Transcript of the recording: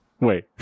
Wait